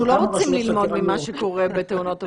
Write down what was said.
לא רוצים ללמוד ממה שקורה בתאונות עבודה,